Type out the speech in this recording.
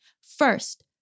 First